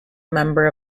member